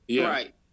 Right